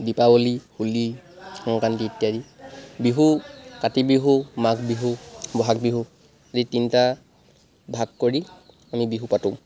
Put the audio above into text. দীপাৱলী হোলী সংক্ৰান্তি ইত্যাদি বিহু কাতি বিহু মাঘ বিহু বহাগ বিহু যি তিনিটা ভাগ কৰি আমি বিহু পাতোঁ